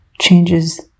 changes